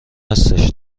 هستش